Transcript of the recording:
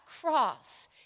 cross